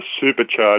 supercharged